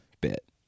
bit